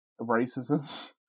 racism